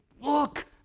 look